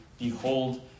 behold